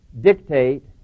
dictate